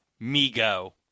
Migo